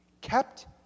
kept